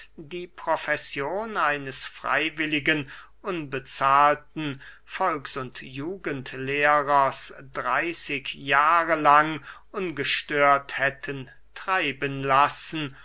die profession eines freywilligen unbezahlten volks und jugend lehrers dreyßig jahre lang ungestört hätten treiben lassen